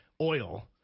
oil